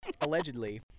allegedly